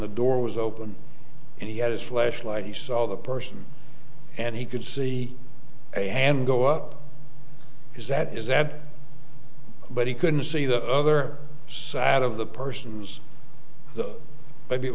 the door was opened and he had his flashlight he saw the person and he could see a hand go up because that is that but he couldn't see the other side of the persons but it